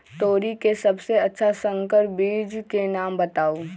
तोरी के सबसे अच्छा संकर बीज के नाम बताऊ?